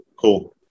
Cool